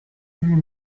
huit